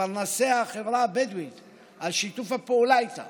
לפרנסי החברה הבדואית על שיתוף הפעולה איתם,